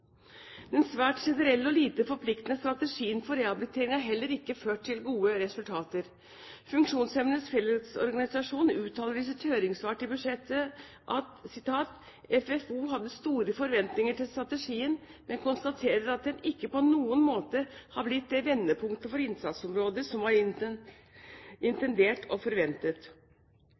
Den svært generelle og lite forpliktende strategien for rehabilitering har heller ikke ført til gode resultater. Funksjonshemmedes fellesorganisasjon uttaler i sitt høringssvar til budsjettet at FFO hadde store forventninger til strategien, men konstaterer at den «ikke på noen måte har blitt det vendepunktet for innsatsområdet som var intendert og forventet».